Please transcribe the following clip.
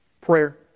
Prayer